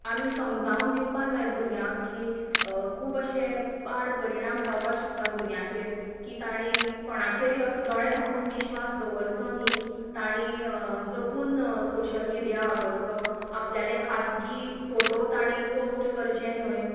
आमी समजावन दिवपाक जाय भुरग्यांक की खूब अशें पाड परिणाम जावपाक शकतात भुरग्यांचेर कीं तांणी कोणाचेर असो दोळे धांपून विश्वास दवरचो न्ही तांणी जपून सोशीयल मिडीया वापरचो आपल्याले खासगी फोटो तांणी पोस्ट करचे न्हय